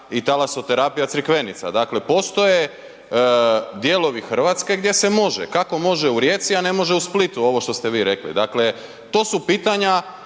i Talasoterapija Crikvenica, dakle postoji dijelovi Hrvatske gdje se može. Kako može u Rijeci, a ne može u Splitu ovo što ste vi rekli? Dakle, to su pitanja